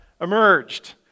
emerged